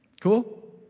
Cool